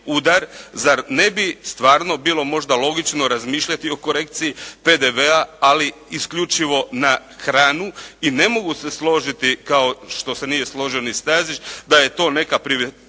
zar ne bi stvarno bilo možda logično razmišljati o korekciji PDV-a, ali isključivo na hranu i ne mogu se složiti, kao što se nije složio ni Stazić, da je to neka provokacija